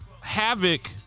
Havoc